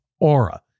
Aura